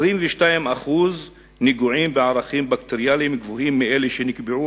22% נגועים בערכים בקטריאליים גבוהים מאלה שנקבעו